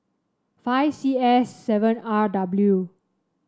five C S seven R W